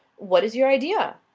what is your idea?